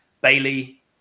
Bailey